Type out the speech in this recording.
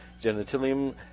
genitalium